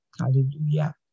Hallelujah